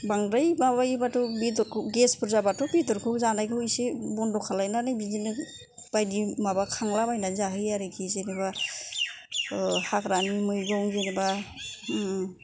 बांद्राय माबायोबाथ' बेदरखौ गेसफोर जाबाथ' बेदरखौ जानायखौ एसे बन्द' खालामनानै बिदिनो बायदि माबा खांलाबायनानै जाहोयो आरोखि जेन'बा हाग्रानि मैगं जेन'बा